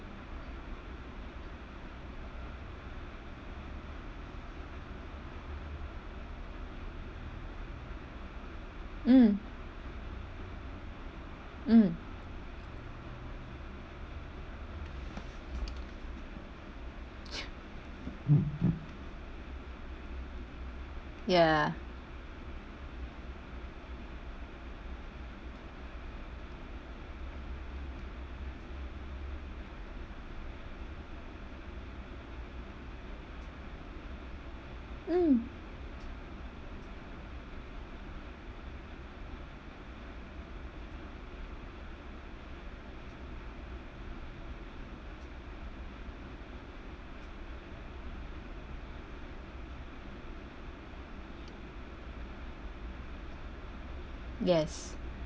mm mm ya mm yes